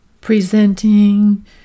presenting